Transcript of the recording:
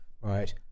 right